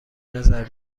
نظر